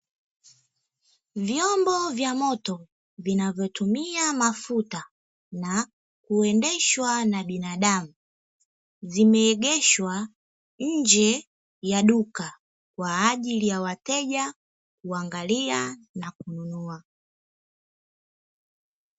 Vyombo vya moto ,vinavotumia mafuta na kuendeshwa na binadamu vimeegeshwa nje ya duka kwaajili ya wateja kuangalia na kununua